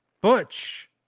Butch